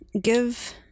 give